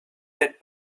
bit